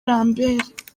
lambert